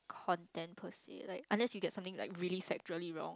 content per se like unless you get something like really factually wrong